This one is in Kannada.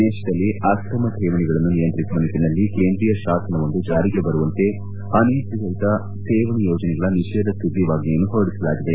ದೇಶದಲ್ಲಿ ಆಕ್ರಮ ಕೇವಣಿಗಳನ್ನು ನಿಯಂತ್ರಿಸುವ ನಿಟ್ಟನಲ್ಲಿ ಕೇಂದ್ರೀಯ ಶಾಸನವೊಂದು ಜಾರಿಗೆ ಬರುವಂತೆ ಅನಿಯಂತ್ರಿತ ಠೇವಣಿ ಯೋಜನೆಗಳ ನಿಷೇಧ ಸುಗ್ರೀವಾಜ್ಞೆಯನ್ನು ಹೊರಡಿಸಲಾಗಿದೆ